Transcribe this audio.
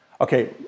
Okay